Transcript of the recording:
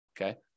okay